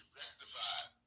rectified